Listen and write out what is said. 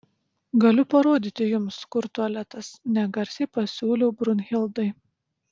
galiu parodyti jums kur tualetas negarsiai pasiūliau brunhildai